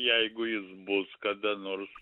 jeigu jis bus kada nors